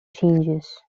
changes